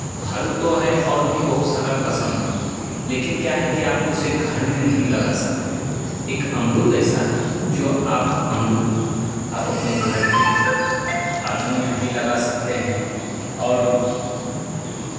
फल तो है और भी बहुत सारा फल पसंद है लेकिन क्या है कि आप उसे घर में नहीं लगा सकते हैं एक अमरूद ऐसा है जो आप अमरूद आप अपने घर के आंगन में भी लगा सकते हैं और